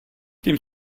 tím